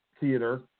theater